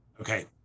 Okay